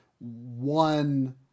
one